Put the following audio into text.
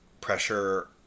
pressure